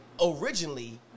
originally